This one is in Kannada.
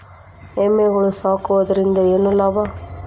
ಎಮ್ಮಿಗಳು ಸಾಕುವುದರಿಂದ ಏನು ಲಾಭ?